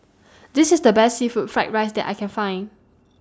This IS The Best Seafood Fried Rice that I Can Find